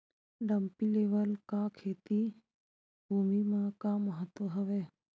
Dumpy level का खेती भुमि म का महत्व हावे?